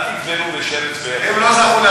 אז אתם אל הם לא זכו,